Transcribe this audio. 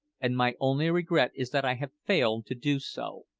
and my only regret is that i have failed to do so.